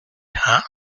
hein